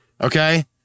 Okay